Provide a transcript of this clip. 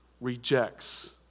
rejects